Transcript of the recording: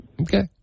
Okay